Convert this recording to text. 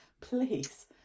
Please